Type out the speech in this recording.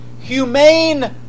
humane